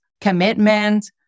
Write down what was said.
commitment